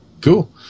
Cool